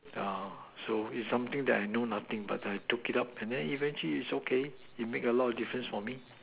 ah so is something I know nothing but I took it up and then eventually okay it made a lot of difference for me